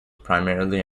primarily